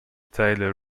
tailor